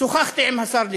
שוחחתי עם השר ליצמן,